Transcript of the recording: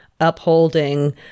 upholding